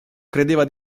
credeva